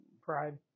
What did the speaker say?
Pride